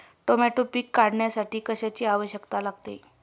Tomato पीक काढण्यासाठी कशाची आवश्यकता लागते?